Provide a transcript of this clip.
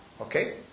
Okay